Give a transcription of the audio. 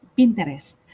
Pinterest